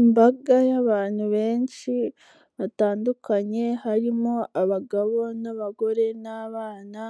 Imbaga y'abantu benshi batandukanye, harimo abagabo n'abagore n'abana,